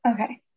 Okay